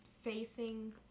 facing